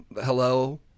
hello